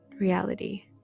reality